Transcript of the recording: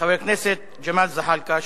חבר הכנסת ג'מאל זחאלקה.